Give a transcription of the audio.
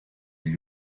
gli